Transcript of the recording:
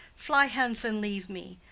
fly hence and leave me.